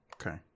Okay